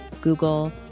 Google